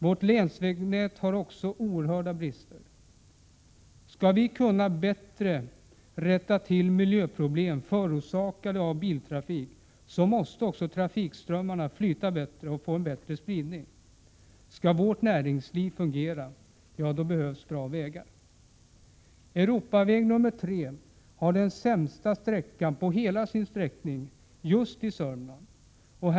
Vårt länsvägnät har också oerhört stora brister. Skall vi kunna bättre rätta till miljöproblem förorsaka de av biltrafik, så måste också trafikströmmarna flyta bättre och få en bättre spridning. Skall vårt näringsliv fungera, ja, då behövs bra vägar. Europaväg 3 har den sämsta vägsträckan på hela sin sträckning just i Södermanland.